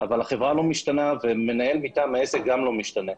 אבל החברה לא משתנה ומנהל מטעם העסק גם הוא לא משתנה.